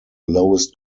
lowest